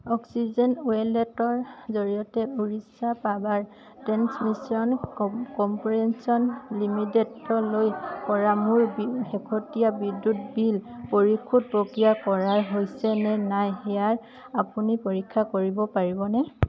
oxygen ৱেলেটৰ জৰিয়তে Orissa power transmission কম কৰ্প'ৰেছন লিমিটেডলৈ কৰা মোৰ বি শেহতীয়া বিদ্যুৎ বিল পৰিশোধ প্ৰক্ৰিয়া কৰাৰ হৈছে নে নাই ইয়াৰ আপুনি পৰীক্ষা কৰিব পাৰিবনে